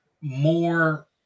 more